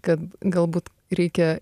kad galbūt reikia